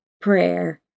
prayer